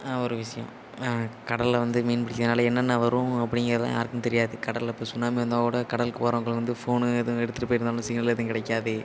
ஒரு விஷயம் கடலில் வந்து மீன் பிடிக்கிறதுனால என்னென்ன வரும் அப்படிங்கிறதுலாம் யாருக்கும் தெரியாது கடலில் இப்போ சுனாமி வந்தால் கூட கடலுக்கு ஓரங்களில் வந்து ஃபோனு எதுவும் எடுத்துட்டு போயிருந்தாலும் சிக்னல் எதுவும் கிடைக்காது